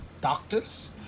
doctors